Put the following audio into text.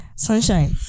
Sunshine